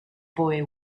boy